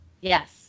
Yes